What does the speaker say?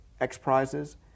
X-Prizes